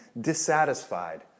dissatisfied